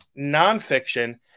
nonfiction